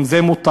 אם זה מותר,